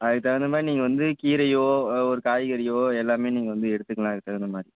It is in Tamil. அதுக்குத் தகுந்த மாதிரி நீங்கள் வந்து கீரையோ ஒரு காய்கறியோ எல்லாமே நீங்கள் வந்து எடுத்துக்கலாம் அதுக்குத் தகுந்த மாதிரி